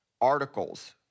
articles